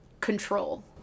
control